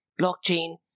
blockchain